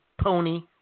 pony